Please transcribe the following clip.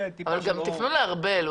תפנו למשה ארבל.